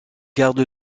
garde